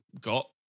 got